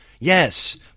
yes